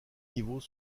niveaux